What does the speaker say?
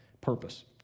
purpose